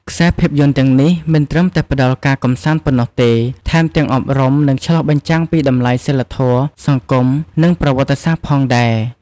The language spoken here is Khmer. ខ្សែភាពយន្តទាំងនេះមិនត្រឹមតែផ្តល់ការកម្សាន្តប៉ុណ្ណោះទេ ថែមទាំងអប់រំ និងឆ្លុះបញ្ចាំងពីតម្លៃសីលធម៌ សង្គម និងប្រវត្តិសាស្ត្រផងដែរ។